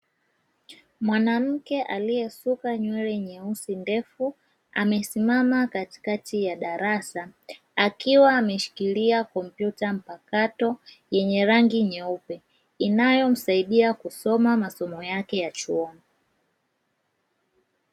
Mwanamke aliyesuka nywele nyeusi ndefu amesimama katikati ya darasa akiwa ameshikilia kompyuta mpakato, yenye rangi nyeupe inayomsaidia kusoma masomo yake ya chuoni.